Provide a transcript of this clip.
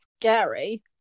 scary